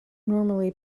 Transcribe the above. normally